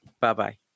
Bye-bye